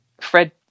Fred